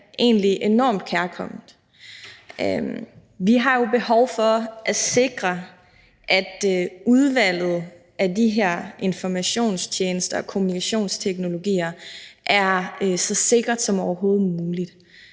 egentlig enormt kærkomment. Vi har jo behov for at sikre, at udvalget af de her kommunikationstjenester og informationsteknologier er så sikre som overhovedet muligt.